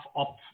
up